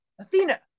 Athena